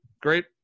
great